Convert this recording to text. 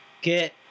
get